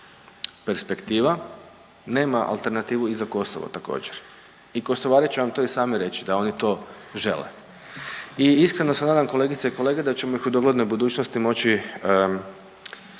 perspektiva nema alternativu i za Kosovo također. I Kosovari će vam to i sami reći da oni to žele. I iskreno se nadam kolegice i kolege da ćemo ih u doglednoj budućnosti moći